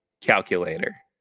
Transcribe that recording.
calculator